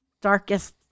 darkest